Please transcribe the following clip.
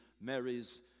Mary's